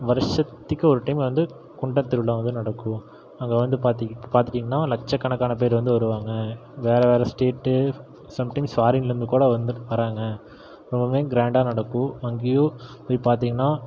வருஷத்துக்கு ஒரு டைம் வந்து குண்டம் திருவிழா வந்து நடக்கும் அங்கே வந்து பாத்துக்கி பார்த்துட்டிங்கன்னா லட்ச கணக்கான பேர் வந்து வருவாங்க வேறு வேறு ஸ்டேட்டு சம் டைம்ஸ் ஃபாரின்லேர்ந்து கூட வந்துட்டு வராங்க ரொம்பவுமே க்ராண்டாக நடக்கும் அங்கேயும் போய் பார்த்திங்கன்னா